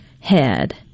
Head